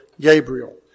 Gabriel